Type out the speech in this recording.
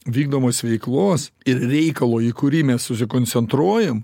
vykdomos veiklos ir reikalo į kurį mes susikoncentruojam